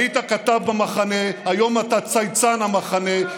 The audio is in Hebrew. היית כתב במחנה, היום אתה צייצן המחנה.